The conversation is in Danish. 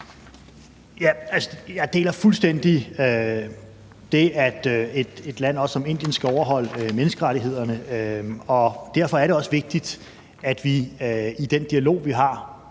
Jeg deler fuldstændig det, at et land som Indien også skal overholde menneskerettighederne, og derfor er det også vigtigt, at vi i den dialog, vi har